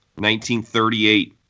1938